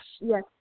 Yes